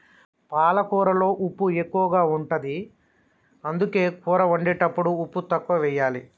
పాలకూరలో ఉప్పు ఎక్కువ ఉంటది, అందుకే కూర వండేటప్పుడు ఉప్పు తక్కువెయ్యాలి